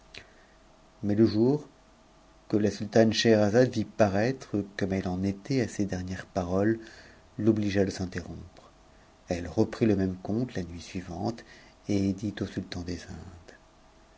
mais le jour que la sultane scheherazade vit paraître comme elle en t à ces dernières paroles l'obligea de s'interrompre elle reprit le me conte la nuit suivante et dit au sultan des indes